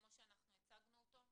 כמו שאנחנו הצגנו אותו.